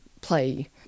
play